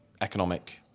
economic